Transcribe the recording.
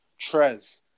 Trez